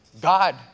God